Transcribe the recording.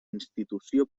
institució